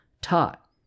taught